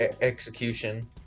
execution